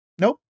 nope